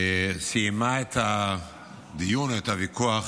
סיימה את הדיון או את הוויכוח